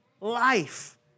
life